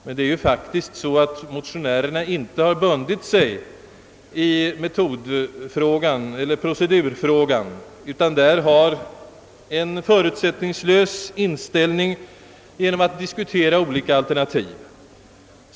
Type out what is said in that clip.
Men det är ju faktiskt så att motionärerna inte har bundit sig i metodfrågan eller procedurfrågan utan därvidlag har en förutsättningslös inställning genom att diskutera olika alternativ.